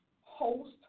host